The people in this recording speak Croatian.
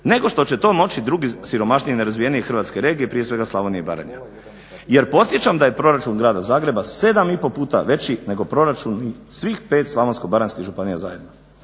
nego što će to moći drugi siromašniji, nerazvijeniji hrvatske regije prije svega Slavonije i Baranje. Jer podsjećam da je proračun grada Zagreba 7 i pol puta veći nego proračun svih 5 slavonsko-baranjskih županija zajedno.